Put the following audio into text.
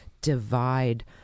Divide